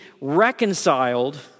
reconciled